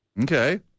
Okay